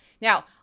Now